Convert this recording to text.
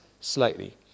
slightly